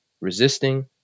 resisting